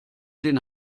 den